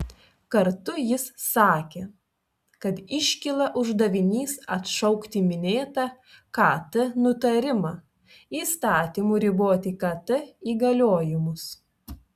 kartu jis sakė kad iškyla uždavinys atšaukti minėtą kt nutarimą įstatymu riboti kt įgaliojimus